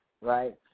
right